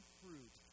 fruit